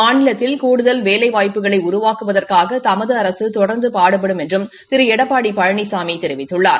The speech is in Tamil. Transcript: மாநிலத்தில் கூடுதல் வேலைவாய்ப்புக்களை உருவாக்குவதற்காக தமது அரசு தொடர்ந்து பாடுபடும் என்றும் திரு எடப்பாடி பழனிசாமி தெரிவித்துள்ளார்